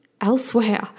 elsewhere